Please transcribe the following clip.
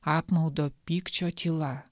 apmaudo pykčio tyla